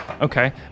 okay